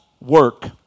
work